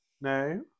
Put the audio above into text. No